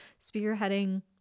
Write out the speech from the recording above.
spearheading